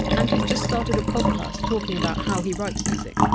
and he! s just started a podcast talking about how he writes music,